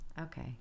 Okay